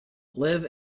live